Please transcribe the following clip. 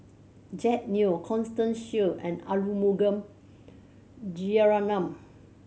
Jack Neo Constance Shear and Arumugam